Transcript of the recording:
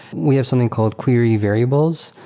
we have something called query variables.